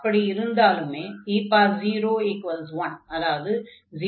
அப்படி இருந்தாலுமே e0 1